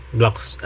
blocks